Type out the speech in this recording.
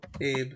Abe